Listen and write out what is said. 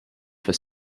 for